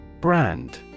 Brand